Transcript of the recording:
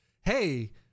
hey